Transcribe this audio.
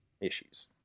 issues